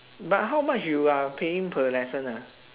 but how much you are paying per lesson ah